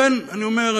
לכן אני אומר,